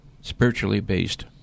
spiritually-based